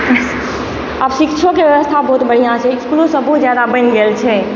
आब शिक्षोके ब्यबस्था बहुत बढ़िऑं छै इसकुल सभ बहुत जादा बनि गेल छै